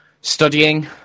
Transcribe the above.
studying